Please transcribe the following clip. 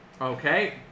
Okay